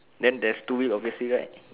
then there's two wheel obviously right